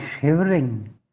shivering